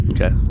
Okay